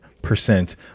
Percent